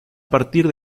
partir